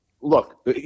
look